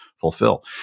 fulfill